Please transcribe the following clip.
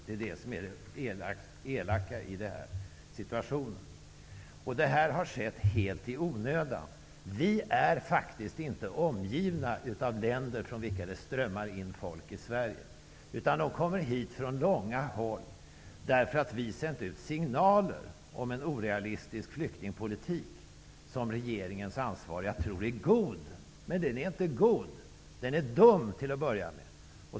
Det är det som är det elaka i den här situationen. Detta har skett helt i onödan. Vi är faktiskt inte omgivna av länder från vilka det strömmar in folk i Sverige, utan det kommer långväga flyktingar hit för att vi har sänt ut signaler om en orealistisk flyktingpolitik som regeringens ansvariga tror är god. Men den är inte god. Den är dum till att börja med.